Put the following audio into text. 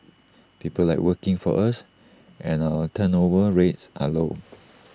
people like working for us and our turnover rates are low